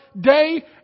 day